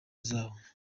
zawe